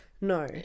No